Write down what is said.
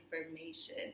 information